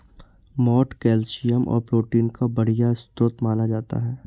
मोठ कैल्शियम और प्रोटीन का बढ़िया स्रोत माना जाता है